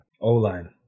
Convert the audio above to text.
O-line